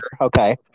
okay